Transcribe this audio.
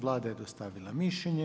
Vlada je dostavila mišljenje.